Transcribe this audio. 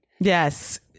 Yes